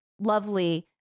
lovely